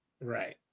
Right